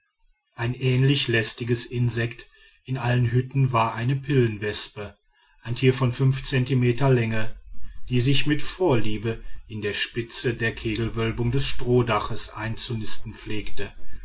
ein ähnliches lästiges insekt in allen hütten war eine pillenwespe ein tier von fünf zentimeter länge die sich mit vorliebe in der spitze der kegelwölbung des strohdachs einzunisten pflegte